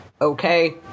okay